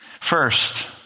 First